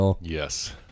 Yes